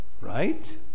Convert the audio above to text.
right